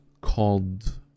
called